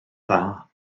dda